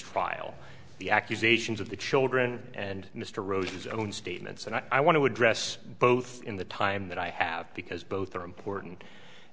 trial the accusations of the children and mr rose's own statements and i want to address both in the time that i have because both are important